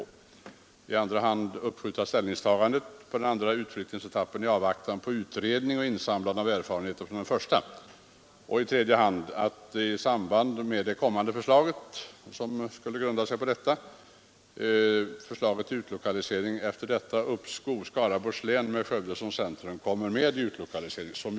Vi hemställer i den andra punkten att riksdagen beslutar att uppskjuta ställningstagandet till den andra utflyttningsetappen i avvaktan på utredning och insamlande av erfarenheter från den första utflyttningsetappen. I tredje punkten hemställer vi att riksdagen beslutar att i samband med ett kommande förslag till utlokalisering efter detta uppskov Skaraborgs län med Skövde som centrum kommer med som utlokaliseringsort.